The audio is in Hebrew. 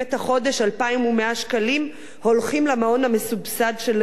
2,100 שקלים הולכים למעון המסובסד של הילד,